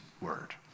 word